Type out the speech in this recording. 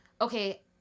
okay